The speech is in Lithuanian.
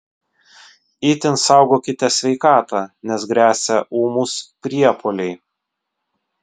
itin saugokite sveikatą nes gresia ūmūs priepuoliai